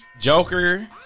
Joker